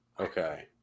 Okay